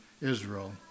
Israel